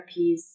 therapies